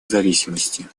зависимости